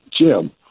Jim